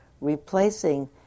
replacing